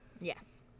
Yes